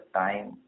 time